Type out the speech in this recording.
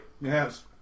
Yes